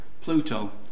Pluto